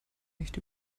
nicht